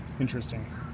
interesting